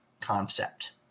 concept